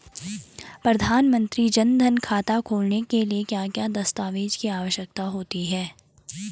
प्रधानमंत्री जन धन खाता खोलने के लिए क्या क्या दस्तावेज़ की आवश्यकता होती है?